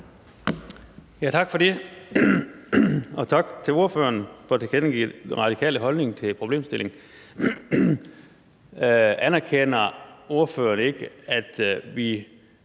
Tak for det, og tak til ordføreren for at tilkendegive den radikale holdning til problemstillingen. Anerkender ordføreren ikke, at vi